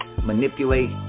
manipulate